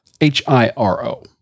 H-I-R-O